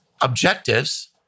objectives